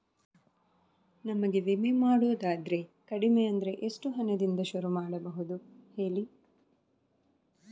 ನಮಗೆ ವಿಮೆ ಮಾಡೋದಾದ್ರೆ ಕಡಿಮೆ ಅಂದ್ರೆ ಎಷ್ಟು ಹಣದಿಂದ ಶುರು ಮಾಡಬಹುದು ಹೇಳಿ